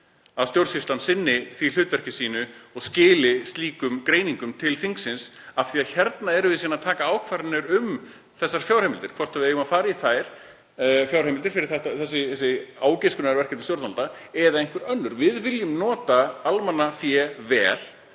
að stjórnsýslan sinni því hlutverki sínu og skili slíkum greiningum til þingsins af því að hér tökum við síðan ákvarðanir um þessar fjárheimildir, hvort við eigum að fara í þær fjárheimildir fyrir þessi ágiskunarverkefni stjórnvalda eða einhver önnur. Við viljum nota almannafé vel